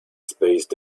spaced